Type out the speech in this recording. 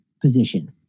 position